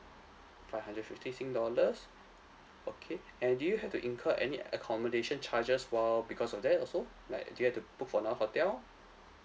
five hundred fifty sing dollars okay and did you have to incur any accommodation charges while because of that also like did you have to book for another hotel